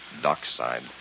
dockside